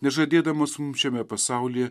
nežadėdamas mums šiame pasaulyje